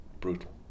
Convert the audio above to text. brutal